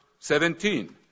17